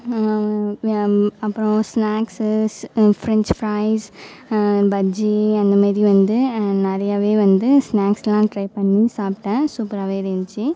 அப்புறம் snacks French fries bajji அந்தமாதிரி வந்து நிறையாவே வந்து ஸ்நாக்ஸ்லாம் ட்ரை பண்ணி சாப்பிட்டேன் சூப்பராகவே இருந்துச்சு